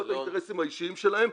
לא את האינטרסים האישיים שלהם,